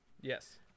Yes